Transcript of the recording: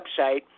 website